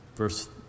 Verse